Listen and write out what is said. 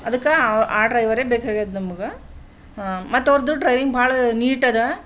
ಅದಕ್ಕೆ ಆ ಆ ಡ್ರೈವರೇ ಬೇಕಾಗ್ಯದ ನಮ್ಗೆ ಮತ್ತು ಅವ್ರದ್ದು ಡ್ರೈವಿಂಗ್ ಭಾಳ ನೀಟ್ ಅದಾ